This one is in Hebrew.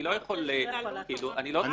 אני לא יכול -- רק רגע.